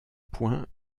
point